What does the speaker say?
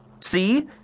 See